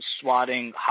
swatting